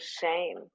shame